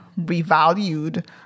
revalued